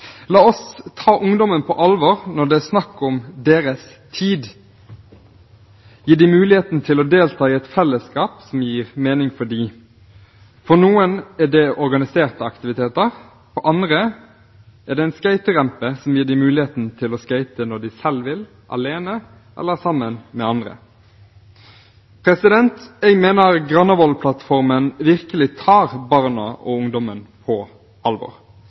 La oss ta ungdommen på alvor når det er snakk om deres tid, gi dem mulighet til å delta i et fellesskap som gir mening for dem. For noen er det organiserte aktiviteter, for andre er det en skaterampe som gir dem mulighet til å skate når de selv vil, alene eller sammen med andre. Jeg mener Granavolden-plattformen virkelig tar barna og ungdommen på alvor.